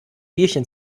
bierchen